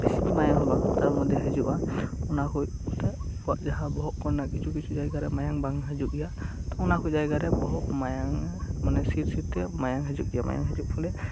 ᱵᱮᱥᱤ ᱢᱟᱭᱟᱢ ᱦᱚᱸ ᱵᱟᱝ ᱛᱟᱨ ᱢᱚᱫᱽᱫᱷᱮ ᱦᱤᱡᱩᱜᱼᱟ ᱚᱱᱟ ᱠᱚ ᱡᱟᱦᱟᱸ ᱵᱚᱦᱚᱜ ᱠᱚᱨᱮᱱᱟᱜ ᱢᱟᱭᱟᱢ ᱠᱚ ᱠᱤᱪᱷᱩᱼᱠᱤᱪᱷᱩ ᱦᱤᱡᱩᱜ ᱜᱮᱭᱟ ᱛᱚ ᱚᱱᱟᱠᱚ ᱡᱟᱭᱜᱟ ᱨᱮ ᱵᱚᱦᱚᱜ ᱥᱤᱨᱼᱥᱤᱨ ᱛᱮ ᱦᱤᱡᱩᱜ ᱜᱮᱭᱟ